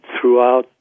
throughout